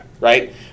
right